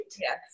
Yes